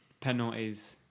Penalties